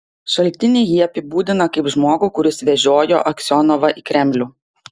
šaltiniai jį apibūdina kaip žmogų kuris vežiojo aksionovą į kremlių